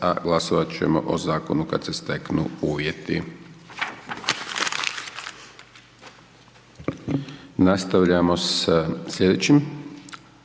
i glasovat ćemo kada se steknu uvjeti.